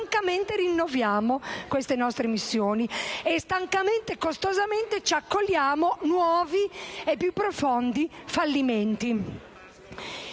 stancamente rinnoviamo le nostre missioni e costosamente ci accolliamo nuovi e più profondi fallimenti.